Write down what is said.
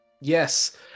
Yes